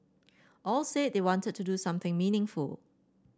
all said they wanted to do something meaningful